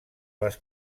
les